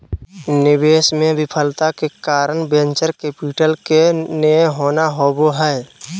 निवेश मे विफलता के कारण वेंचर कैपिटल के नय होना होबा हय